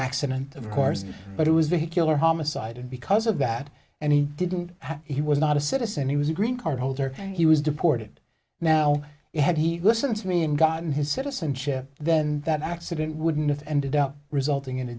accident of course but it was vehicular homicide and because of that and he didn't he was not a citizen he was a green card holder and he was deported now had he listened to me and gotten his citizenship then that accident wouldn't have ended up resulting in a